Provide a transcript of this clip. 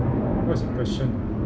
what's the question